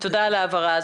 תודה על ההבהרה.